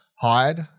hide